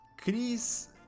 Chris